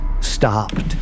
stopped